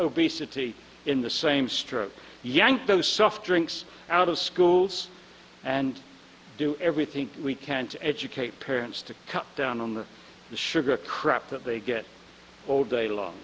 obesity in the same stroke yank those soft drinks out of schools and do everything we can to educate parents to cut down on the the sugar crap that they get all day long